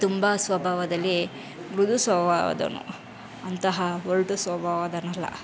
ತುಂಬ ಸ್ವಭಾವದಲ್ಲಿ ಮೃದು ಸ್ವಭಾವದವನು ಅಂತಹ ಒರಟು ಸ್ವಭಾವದವನಲ್ಲ